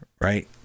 Right